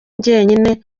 njyenyine